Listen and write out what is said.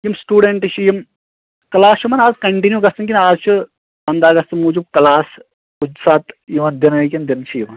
یِم یِم سٹوڈنٛٹ چھِ یِم کلاس چھُو نَہ اَزکنٹِنیٚو گَژھان کِنہٕ اَزچھِ پندَہ اَگست موٗجوٗب کلاس کُنہِ ساتہٕ یوَان دِنے کِنہٕ دِنہٕ چھِ یِوَان